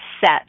set